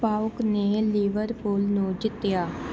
PAOK ਨੇ Liverpool ਨੂੰ ਜਿੱਤਿਆ